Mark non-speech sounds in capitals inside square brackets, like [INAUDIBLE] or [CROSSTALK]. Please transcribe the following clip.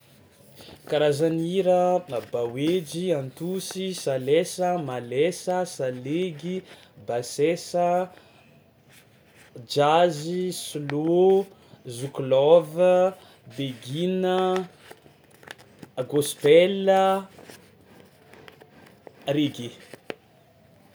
Karazany hira: [NOISE] a bahoejy, antosy, salesa, malesa, salegy, basesa, jazz, slow, zouk love, begina, [NOISE] gospel a, reggae.